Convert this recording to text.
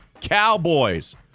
Cowboys